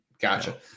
Gotcha